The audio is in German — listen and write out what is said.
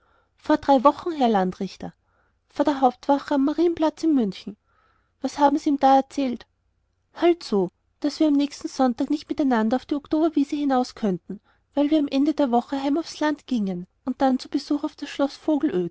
vor drei wochen herr landrichter vor der hauptwache am marienplatz in münchen was haben's ihm da erzählt halt so daß wir am nächsten sonntag nicht miteinander auf die oktoberwiese hinaus könnten weil wir ende der woche heim aufs land gingen und dann zu besuch auf das schloß vogelöd